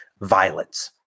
violence